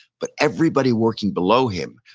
but everybody working below him,